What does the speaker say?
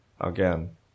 again